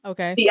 Okay